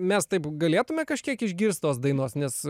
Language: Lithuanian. mes taip galėtume kažkiek išgirst tos dainos nes